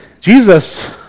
Jesus